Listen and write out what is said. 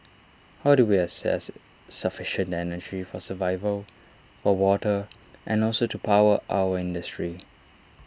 how do we access sufficient energy for survival for water and also to power our industry